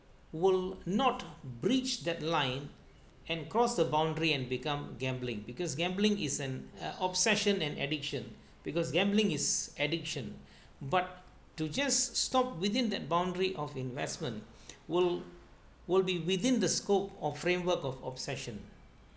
will not breached that line and cross the boundary and become gambling because gambling is an uh obsession and addiction because gambling is addiction but to just stop within that boundary of investment will will be within the scope of framework of obsession